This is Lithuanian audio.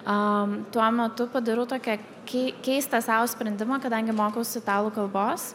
a tuo metu padarau tokia kei keistą sau sprendimą kadangi mokausi italų kalbos